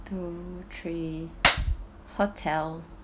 two three hotel